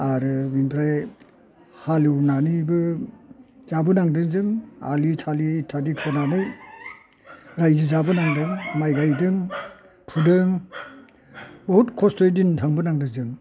आरो बिनिफ्राय हालेवनानैबो जाबोनांदों जों आलि थालि खोनानै रायजो जाबोनांदों माइ गायदों फुदों बहुद खस्थ'यै दिन थांबोनांदों जों